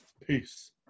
Peace